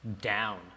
down